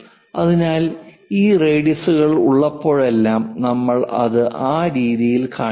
അതിനാൽ ഈ റേഡിയസുകൾ ഉള്ളപ്പോഴെല്ലാം നമ്മൾ അത് ആ രീതിയിൽ കാണിക്കണം